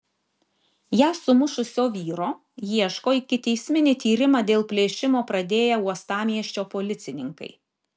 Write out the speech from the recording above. ją sumušusio vyro ieško ikiteisminį tyrimą dėl plėšimo pradėję uostamiesčio policininkai